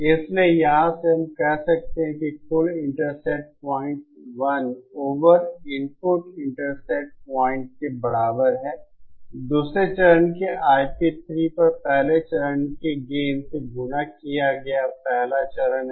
इसलिए यहाँ से हम कह सकते हैं कि कुल input intercept point 1 over input intercept point के बराबर है दूसरे चरण के IP3 पर पहले चरण के गेन से गुणा किया गया पहला चरण है